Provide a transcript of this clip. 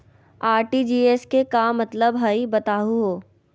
RTGS के का मतलब हई, बताहु हो?